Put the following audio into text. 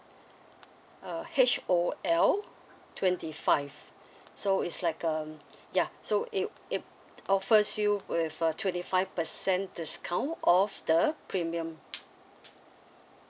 uh H O L twenty five so is like um ya so it it offers you with a twenty five percent discount off the premium